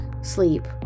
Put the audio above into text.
sleep